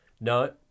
No